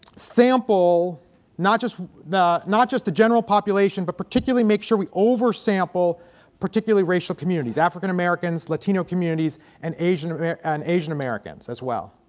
sample not just not just the general population but particularly make sure we over sample particularly racial communities african americans, latino communities, and asian and asian americans as well